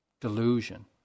delusion